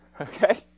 okay